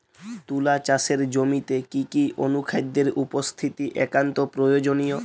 তুলা চাষের জমিতে কি কি অনুখাদ্যের উপস্থিতি একান্ত প্রয়োজনীয়?